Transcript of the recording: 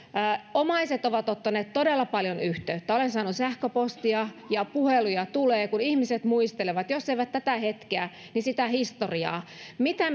omaiset ovat ottaneet todella paljon yhteyttä olen saanut sähköpostia ja puheluja tulee kun ihmiset muistelevat jos eivät tätä hetkeä niin sitä historiaa mitä